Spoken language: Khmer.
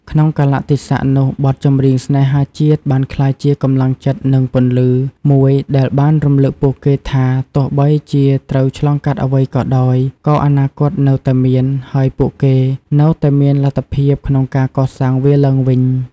ក្នុងកាលៈទេសៈនោះ បទចម្រៀងស្នេហាជាតិបានក្លាយជា កម្លាំងចិត្ត និង ពន្លឺ មួយដែលបានរំឭកពួកគេថា ទោះបីជាត្រូវឆ្លងកាត់អ្វីក៏ដោយ ក៏អនាគតនៅតែមាន ហើយពួកគេនៅតែមានលទ្ធភាពក្នុងការកសាងវាឡើងវិញ។